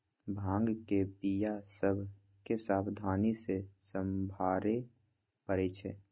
भांग के बीया सभ के सावधानी से सम्हारे परइ छै